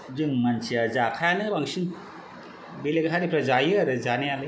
जोंनि मानसिया जाखायानो बांसिन बेलेग हारिफ्रा जायो आरो जानायालाय